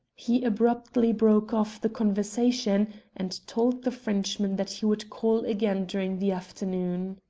he abruptly broke off the conversation and told the frenchman that he would call again during the afternoon.